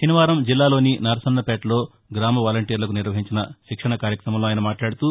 శనివారం జిల్లాలోని నరసన్నపేటలో గ్రామ వాలంటీర్లకు నిర్వహించిన శిక్షణ కార్యక్రమంలో ఆయన మాట్లాదుతూ